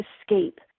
escape